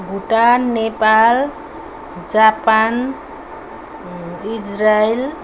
Bhutan Nepal Japan Israel